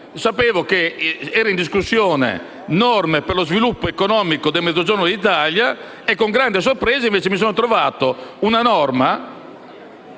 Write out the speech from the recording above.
sapevo che erano in discussione norme per lo sviluppo economico del Mezzogiorno d'Italia e con grande sorpresa mi sono trovato una norma